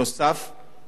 נוסף על כך,